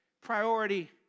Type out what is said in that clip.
priority